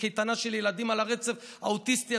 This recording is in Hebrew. קייטנה של ילדים על הרצף האוטיסטי,